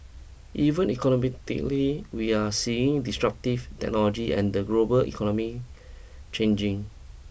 even economically we are seeing destructive technology and the global economy changing